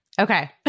Okay